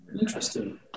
interesting